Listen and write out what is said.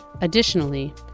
Additionally